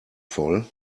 voll